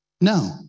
No